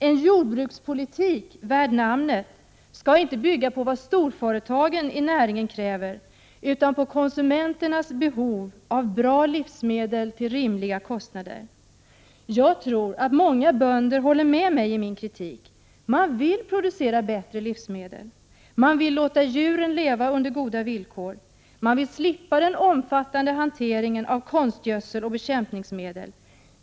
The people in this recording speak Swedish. En jordbrukspolitik värd namnet skall inte bygga på vad storföretagen i näringen kräver utan på konsumenternas behov av bra livsmedel till rimliga kostnader. Jag tror att många bönder håller med mig i min kritik. De vill producera bättre livsmedel. De vill låta djuren leva under goda villkor. De vill slippa den omfattande hanteringen av konstgödsel och bekämpningsmedel.